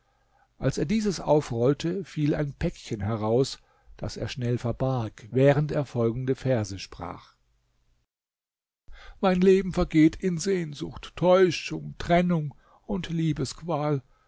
als er dieses aufrollte fiel ein päckchen heraus das er schnell verbarg während er folgende verse sprach mein leben vergeht in sehnsucht täuschung trennung und